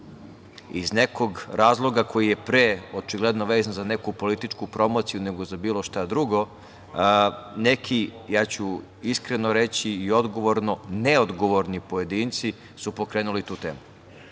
Iz nekog razloga koji je pre očigledno vezan za neku političku promociju, nego za bilo šta drugo, neki, ja ću iskreno reći i odgovorno, neodgovorni pojedinci su pokrenuli tu temu.